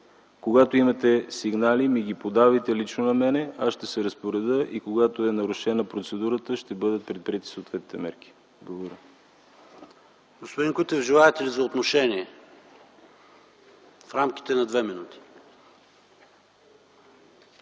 когато имате сигнали ми ги подавайте лично на мен, аз ще се разпоредя и когато е нарушена процедурата ще бъдат предприети съответните мерки. Благодаря. ПРЕДСЕДАТЕЛ ПАВЕЛ ШОПОВ: Господин Кутев, желаете ли думата за отношение в рамките на две минути.